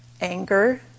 anger